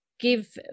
give